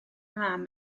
mam